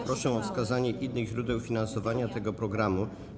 Proszę o wskazanie innych źródeł finansowania tego programu.